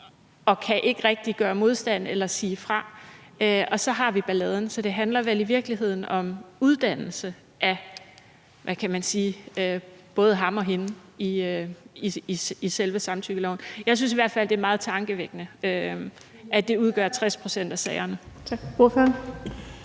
og kan ikke rigtig gøre modstand eller sige fra, og så har vi balladen. Så det handler vel i virkeligheden om uddannelse af, hvad kan man sige, både ham og hende i selve samtykkeloven. Jeg synes i hvert fald, at det er meget tankevækkende, at det udgør 60 pct. af sagerne.